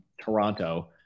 Toronto